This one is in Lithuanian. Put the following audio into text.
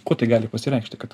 kuo tai gali pasireikšti kad